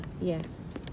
yes